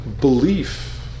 belief